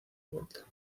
vuelta